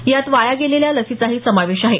यात वाया गेलेल्या लसीचाही समावेश आहे